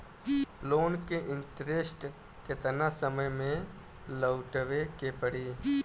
Loan के interest केतना समय में लौटावे के पड़ी?